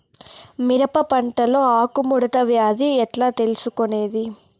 మిరప పంటలో ఆకు ముడత వ్యాధి ఎట్లా తెలుసుకొనేది?